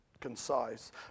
concise